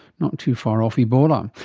not too far off ebola. um